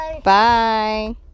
bye